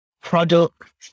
product